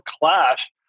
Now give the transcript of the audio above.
clash